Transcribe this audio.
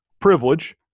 privilege